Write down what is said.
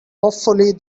hopefully